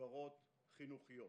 מסגרות חינוכיות.